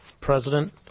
president